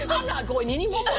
i'm not going anymore.